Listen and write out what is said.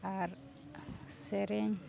ᱟᱨ ᱥᱮᱨᱮᱧ